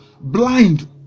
blind